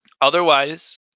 Otherwise